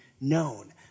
known